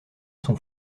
son